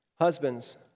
Husbands